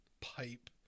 pipe